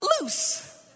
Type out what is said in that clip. loose